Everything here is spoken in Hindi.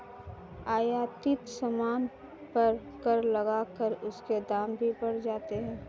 आयातित सामान पर कर लगाकर उसके दाम भी बढ़ जाते हैं